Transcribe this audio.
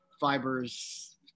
fibers